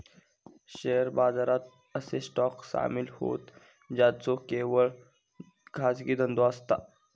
share बाजारात असे stock सामील होतं ज्यांचो केवळ खाजगी धंदो असता